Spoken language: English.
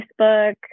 Facebook